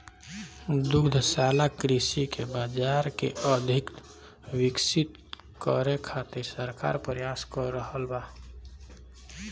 दुग्धशाला कृषि के बाजार के अधिक विकसित करे खातिर सरकार प्रयास क रहल बा